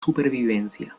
supervivencia